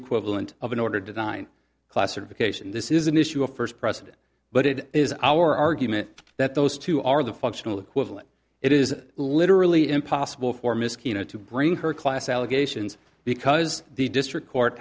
equivalent of an order design classification this is an issue of first precedent but it is our argument that those two are the functional equivalent it is literally impossible for mosquito to bring her class allegations because the district court